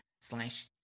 slash